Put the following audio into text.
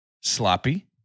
sloppy